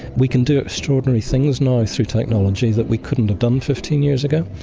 we can do extraordinary things now, through technology that we couldn't have done fifteen years ago.